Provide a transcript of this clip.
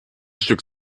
stück